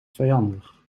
vijandig